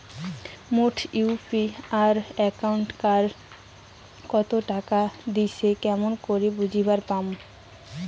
মোর UPI একাউন্টে কায় কতো টাকা দিসে কেমন করে জানিবার পামু?